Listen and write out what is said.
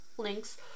Links